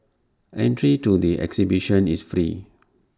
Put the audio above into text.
entry to the exhibition is free